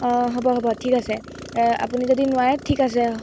অঁ হ'ব হ'ব ঠিক আছে আপুনি যদি নোৱাৰে ঠিক আছে